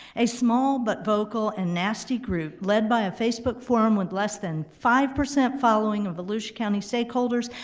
a small but vocal and nasty group led by a facebook forum with less than five percent following of volusia county stakeholders,